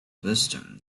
wisdom